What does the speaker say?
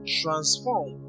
transform